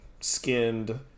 skinned